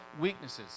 weaknesses